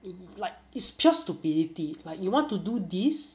it's like it's just stupidity like you want to do this